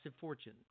fortune